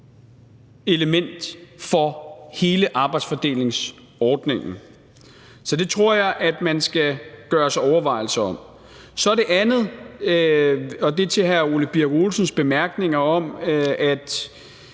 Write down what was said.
element for hele arbejdsfordelingsordningen. Så det tror jeg man skal gøre sig overvejelser om. Kl. 11:11 Så er der det andet, og det er til hr. Ole Birk Olesens bemærkninger, og